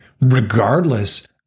regardless